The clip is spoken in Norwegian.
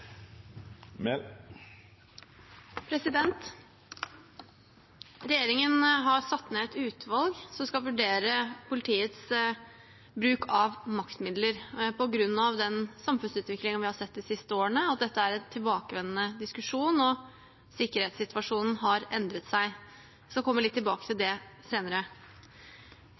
Regjeringen har satt ned et utvalg som skal vurdere politiets bruk av maktmidler på grunn av den samfunnsutviklingen vi har sett de siste årene, og at dette er en tilbakevendende diskusjon, og at sikkerhetssituasjonen har endret seg. Jeg skal komme litt tilbake til det senere.